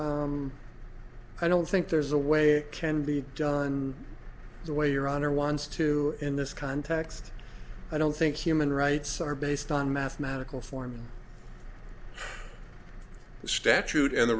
i don't think there's a way it can be done the way your honor wants to in this context i don't think human rights are based on mathematical form statute and the